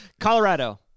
Colorado